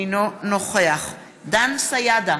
אינו נוכח דן סידה,